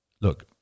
Look